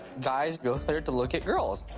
guys go there to look at girls.